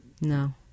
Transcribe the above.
No